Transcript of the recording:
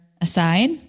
aside